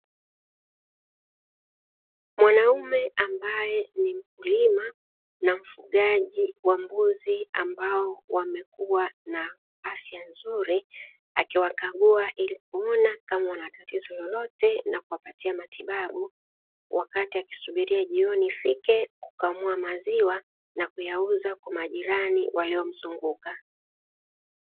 Mwanaume ambaye ni mkulima na mfugaji wa mbuzi ambao wamekuwa na afya nzuri akiwakagua ili kuona kama wana tatizo lolote na kuwapatia matibabu. Wakati akisubiria jioni ifike kukamua maziwa na kuyauza kwa majirani waliomzunguka.